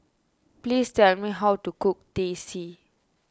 please tell me how to cook Teh C